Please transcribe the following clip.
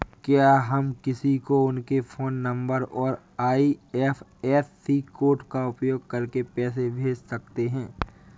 क्या हम किसी को उनके फोन नंबर और आई.एफ.एस.सी कोड का उपयोग करके पैसे कैसे भेज सकते हैं?